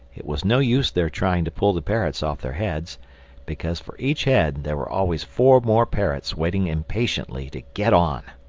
it was no use their trying to pull the parrots off their heads because for each head there were always four more parrots waiting impatiently to get on.